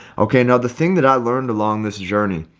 okay, now, the thing that i learned along this journey,